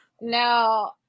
No